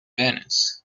venus